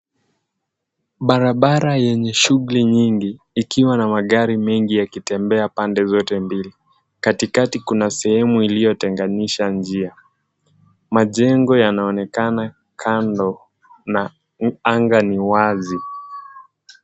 Barabara yenye shughuli nyingi, ikiwa na magari mengi yakitembea pande zote mbili. Katikati kuna sehemu iliyotenganisha njia. Majengo yanaonekana kando na anga ni wazi.